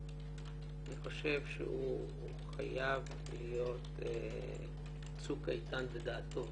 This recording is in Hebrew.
אני חושב שהוא חייב להיות צוק איתן בדעתו